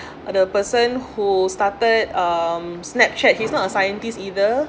other person who started um snapchat he's not a scientist either